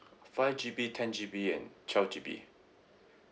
five G_B ten G_B and twelve G_B